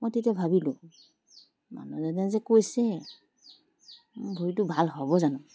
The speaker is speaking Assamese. মই তেতিয়া ভাবিলোঁ মানুহজনে যে কৈছে ভৰিটো ভাল হ'ব জানোঁ